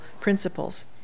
principles